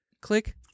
Click